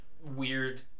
weird